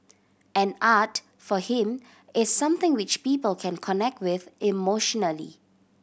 and art for him is something which people can connect with emotionally